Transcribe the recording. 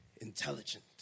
intelligent